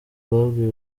bwabwiye